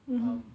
mmhmm